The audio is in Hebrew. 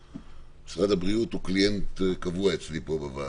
משרד הבריאות הם קליינט קבוע אצלי פה בוועדה,